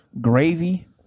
gravy